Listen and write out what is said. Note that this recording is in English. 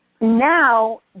Now